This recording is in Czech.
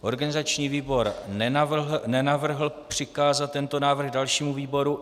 Organizační výbor nenavrhl přikázat tento návrh dalšímu výboru.